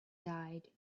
died